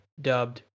dubbed